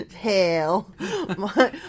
Hell